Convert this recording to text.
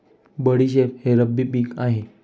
बडीशेप हे रब्बी पिक आहे